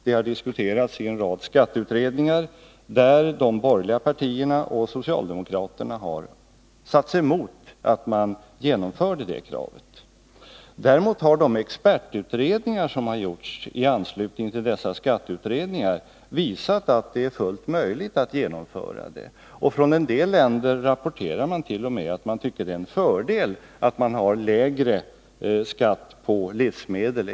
Det har diskuterats i en rad skatteutredningar, där de borgerliga partierna och socialdemokraterna satt sig emot ett genomförande av det kravet. Däremot har de expertutredningar som gjorts i anslutning till dessa skatteutredningar visat att det är fullt möjligt att genomföra en sådan differentiering. Från en del länder har t.o.m. rapporterats att man tycker att det ur administrativ synpunkt är en fördel att ha lägre skatt på livsmedel.